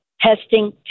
testing